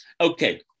Okay